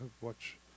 Watch